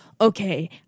okay